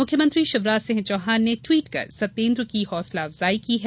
मुख्यमंत्री शिवराज सिंह चौहान ने ट्वीट कर सत्येंद्र की हौसला अफजाई की है